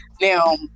now